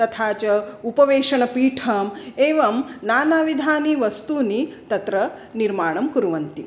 तथा च उपवेषणपीठम् एवं नानाविधानि वस्तूनि तत्र निर्माणं कुर्वन्ति